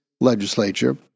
legislature